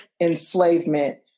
enslavement